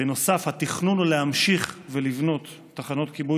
התכנון הוא להמשיך ולבנות תחנות כיבוי